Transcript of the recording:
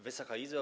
Wysoka Izbo!